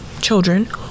children